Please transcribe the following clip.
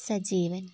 Sajeevan